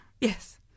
Yes